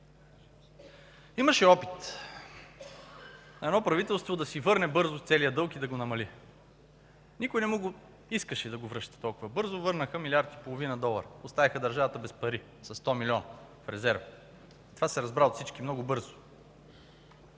Имаше опит на едно правителство да си върне бързо целия дълг и да го намали. Никой не му го искаше – да го връща толкова бързо. Върнаха милиард и половина долара, оставиха държавата без пари – със 100 милиона резерв. Това се разбра от всички много бързо.